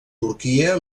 turquia